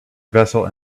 vessel